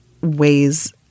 ways